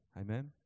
Amen